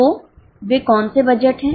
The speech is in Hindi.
तो वे कौन से बजट हैं